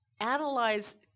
analyze